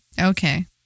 Okay